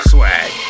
Swag